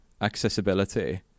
accessibility